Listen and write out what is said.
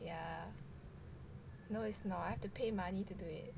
ya no it's not I have to pay money to do it